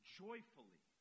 joyfully